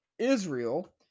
Israel